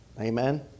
Amen